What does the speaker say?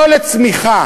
לא לצמיחה